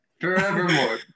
Forevermore